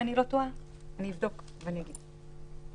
אני אבוד ואגיד לך.